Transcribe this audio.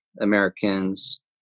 Americans